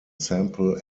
semple